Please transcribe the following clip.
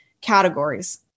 categories